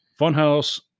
Funhouse